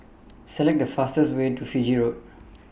Select The fastest Way to Fiji Road